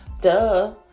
duh